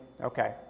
Okay